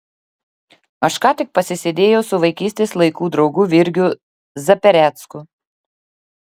aš ką tik pasisėdėjau su vaikystės laikų draugu virgiu zaperecku